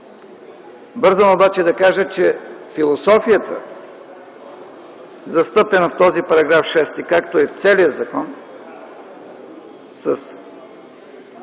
Бързам обаче да кажа, че философията, застъпена в този § 6, както и в целия закон, с